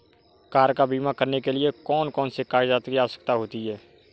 Car का बीमा करने के लिए कौन कौन से कागजात की आवश्यकता होती है?